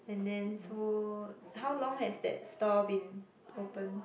and then so how long has that store been open